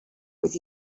with